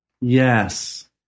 Yes